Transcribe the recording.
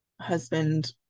husband